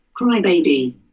crybaby